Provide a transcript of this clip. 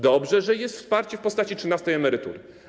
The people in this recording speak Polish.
Dobrze, że jest wsparcie w postaci trzynastej emerytury.